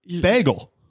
Bagel